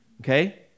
Okay